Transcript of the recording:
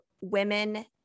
women